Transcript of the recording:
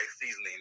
seasoning